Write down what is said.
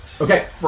Okay